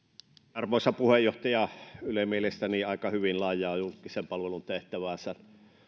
arvoisa puheenjohtaja yle mielestäni aika hyvin laajaa julkisen palvelun tehtäväänsä